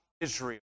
Israel